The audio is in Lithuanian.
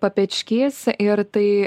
papečkys ir tai